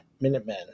Minutemen